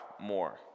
more